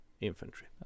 infantry